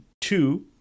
Two